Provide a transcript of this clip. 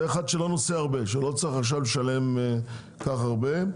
זה אחד שלא נוסע הרבה ואין צורך שישלם כל כך הרבה.